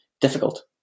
difficult